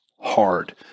hard